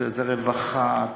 רווחה,